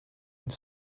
une